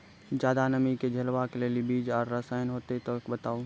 ज्यादा नमी के झेलवाक लेल बीज आर रसायन होति तऽ बताऊ?